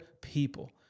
people